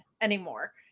anymore